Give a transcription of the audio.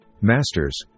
Masters